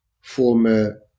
former